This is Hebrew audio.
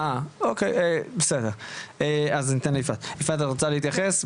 את רוצה להתייחס?